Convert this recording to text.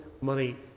money